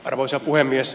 arvoisa puhemies